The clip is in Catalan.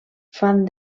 fan